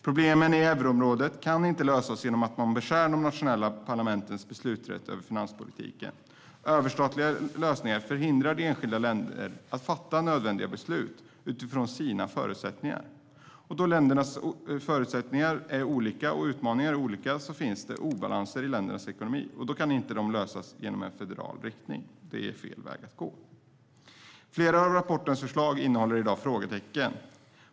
Problemen i euroområdet kan inte lösas genom att man beskär de nationella parlamentens beslutsrätt över finanspolitiken. Överstatliga lösningar hindrar de enskilda medlemsstaterna från att fatta nödvändiga beslut utifrån sina förutsättningar. Då ländernas förutsättningar och utmaningar är olika finns det obalanser i ländernas ekonomi. Dessa kan inte lösas genom en federal inriktning; det är fel väg att gå. Flera av rapportens förslag innehåller i dag frågetecken.